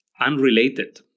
unrelated